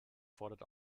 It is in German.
fordert